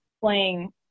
playing